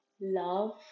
love